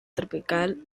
tropical